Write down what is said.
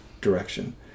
direction